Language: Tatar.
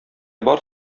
бар